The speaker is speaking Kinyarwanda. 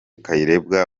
kayirebwa